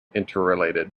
interrelated